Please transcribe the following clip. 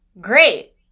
Great